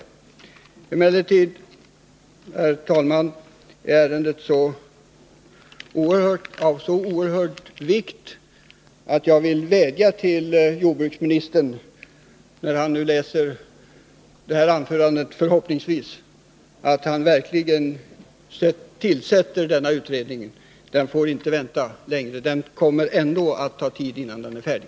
Ärendet är emellertid, herr talman, av så oerhört stor vikt att jag vill vädja till jordbruksministern — när han nu förhoppningsvis läser detta anförande — att han verkligen tillsätter denna utredning. Den får inte vänta längre. Även om den tillsätts nu kommer det att ta tid innan den blir färdig.